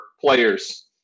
players